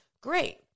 great